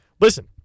listen